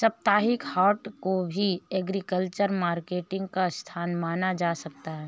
साप्ताहिक हाट को भी एग्रीकल्चरल मार्केटिंग का स्थान माना जा सकता है